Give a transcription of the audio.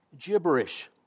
gibberish